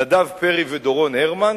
בדיוק לפני שנה: נדב פרי ודורון הרמן,